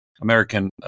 American